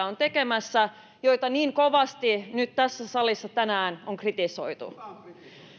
on tekemässä ja joita niin kovasti tässä salissa tänään on kritisoitu